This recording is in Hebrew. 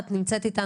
מנהל מחלקה בגהה,